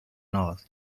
north